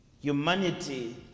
Humanity